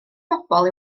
bobl